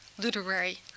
literary